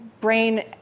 brain